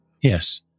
Yes